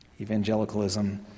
Evangelicalism